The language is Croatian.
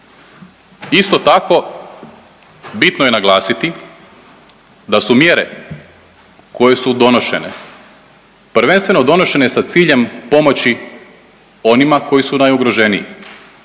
Isto tako bitno je naglasiti da su mjere koje su donošene prvenstveno donošene sa ciljem pomoći onima koji su najugroženiji